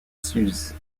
suse